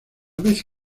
vez